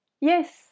Yes